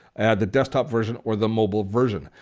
the desktop version or the mobile version.